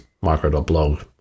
Micro.blog